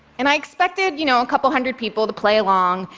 and i expected, you know, a couple hundred people to play along,